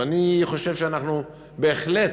ואני חושב שאנחנו בהחלט,